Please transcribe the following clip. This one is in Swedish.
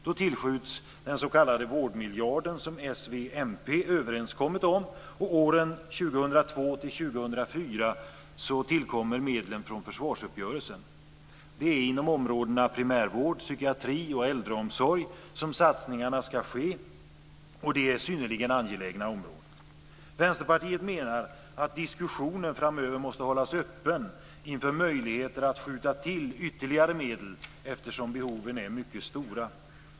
Då tillskjuts den s.k. vårdmiljarden, som s, v och mp kommit överens om, och åren 2002-2004 tillkommer medlen från försvarsuppgörelsen. Det är inom områdena primärvård, psykiatri och äldreomsorg som satsningarna ska ske och det är synnerligen angelägna områden. Vänsterpartiet menar att diskussionen framöver måste hållas öppen inför möjligheter att skjuta till ytterligare medel, eftersom behoven är mycket stora.